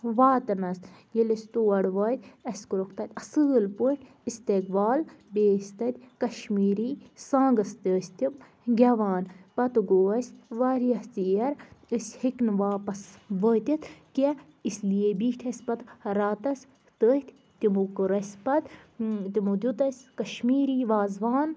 واتنَس ییٚلہِ أسۍ تور وٲتۍ اَسہِ کوٚرُکھ تَتہِ اَصۭل پٲٹھۍ استقبال بیٚیہِ ٲسۍ تَتہِ کشمیٖری سانٛگٕس تہِ ٲسۍ تِم گٮ۪وان پَتہٕ گوٚو اَسہِ واریاہ ژیر أسۍ ہیٚکۍ نہٕ واپَس وٲتِتھ کیٚنٛہہ اِس لیے بیٖٹھۍ أسۍ پَتہٕ راتَس تٔتھۍ تِمَو کوٚر اَسہِ پَتہٕ تِمَو دیُت اَسہِ کشمیٖری وازٕوان